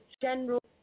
general